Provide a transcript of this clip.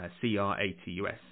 C-R-A-T-U-S